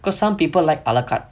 because some people like a la carte